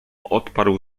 odparł